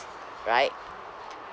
right